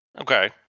Okay